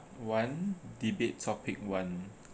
one debate topic one